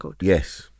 yes